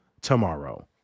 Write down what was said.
tomorrow